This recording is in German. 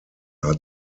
hat